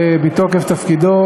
בתוקף תפקידו,